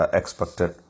expected